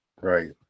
Right